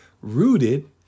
rooted